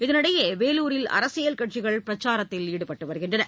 இதனிடையே வேலூரில் அரசியல் கட்சிகள் பிரச்சாரத்தில் ஈடுபட்டு வருகின்றன